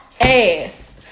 ass